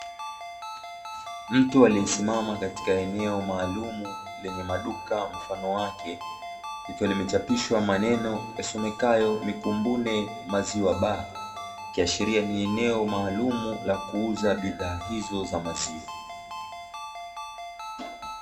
Mtu aliesimama katika eneo maalumu, lenye maduka mfano wake likiwa limechapishwa maneno yasomekayo, " MKUMBUNE MAZIWA BAR "ikiashiria ni eneo maalumu la kuuza bidhaa hizo za maziwa.